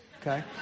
Okay